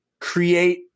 create